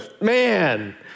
man